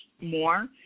more